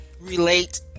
relate